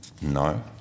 No